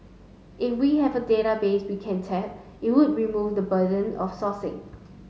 if we have a database we can tap it would remove the burden of sourcing